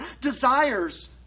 desires